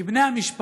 כי בני המשפחה,